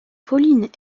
pauline